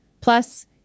Plus